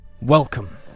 Welcome